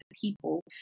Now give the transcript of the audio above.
people